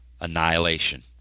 annihilation